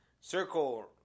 circle